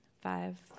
five